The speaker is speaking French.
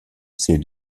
ses